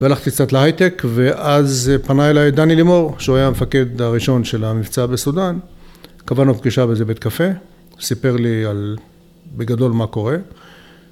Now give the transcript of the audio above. והלכתי קצת להייטק ואז פנה אליי דני לימור שהוא היה המפקד הראשון של המבצע בסודאן קבענו פגישה באיזה בית קפה הוא סיפר לי על בגדול מה קורה